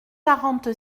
quarante